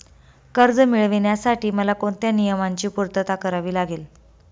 कर्ज मिळविण्यासाठी मला कोणत्या नियमांची पूर्तता करावी लागेल?